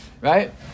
right